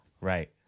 Right